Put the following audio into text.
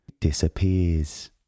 disappears